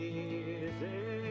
easy